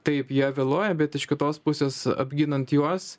taip jie vėluoja bet iš kitos pusės apginant juos